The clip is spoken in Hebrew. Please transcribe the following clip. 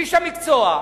איש המקצוע,